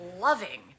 loving